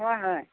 হয় হয়